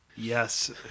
Yes